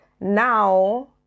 now